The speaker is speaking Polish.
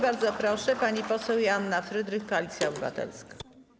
Bardzo proszę, pani poseł Joanna Frydrych, Koalicja Obywatelska.